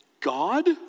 God